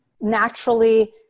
naturally